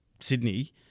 Sydney